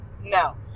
No